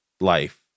life